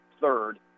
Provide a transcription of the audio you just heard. third